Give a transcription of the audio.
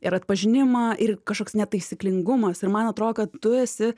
ir atpažinimą ir kažkoks netaisyklingumas ir man atrodo kad tu esi